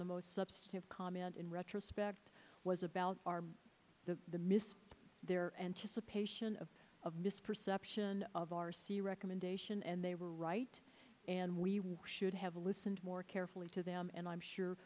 the most substantive comment in retrospect was about the missed their anticipation of a misperception of r c recommendation and they were right and we should have listened more carefully to them and i'm sure